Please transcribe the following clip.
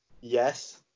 Yes